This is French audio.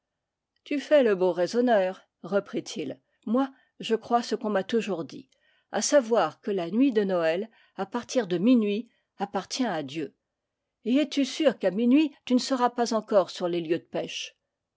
tu fais le beau raisonneur reprit-il moi je crois ce qu'on m'a toujours dit à savoir que la nuit de noël à partir de minuit appartient à dieu et es-tu sûr qu'à minuit tu ne seras pas encore sur les lieux de pêche